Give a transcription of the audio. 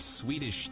Swedish